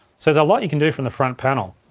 so there's a lot you can do from the front panel.